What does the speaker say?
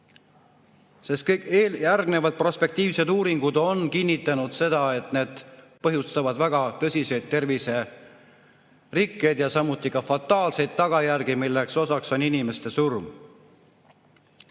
Kõik järgnevad prospektiivsed uuringud on kinnitanud seda, et need põhjustavad väga tõsiseid terviserikkeid ja samuti ka fataalseid tagajärgi, inimeste surma.